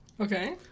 okay